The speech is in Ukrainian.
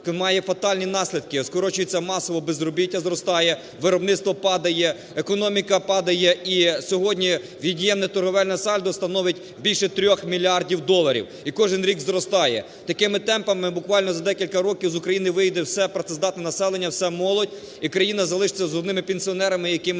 має фатальні наслідки. Скорочується… масово безробіття зростає, виробництво падає, економіка падає. І сьогодні від'ємне торговельне сальдо становить більше 3 мільярдів доларів, і кожен рік зростає. Такими темпами буквально за декілька років з України виїде все працездатне населення, вся молодь і країна залишиться з одними пенсіонерами, яким